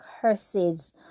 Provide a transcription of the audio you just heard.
curses